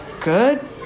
Good